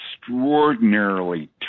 extraordinarily